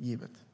möjligt.